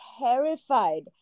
terrified